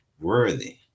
Worthy